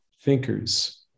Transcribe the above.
thinkers